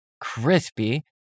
crispy